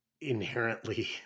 inherently